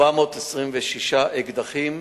426 אקדחים,